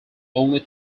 only